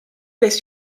this